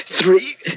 Three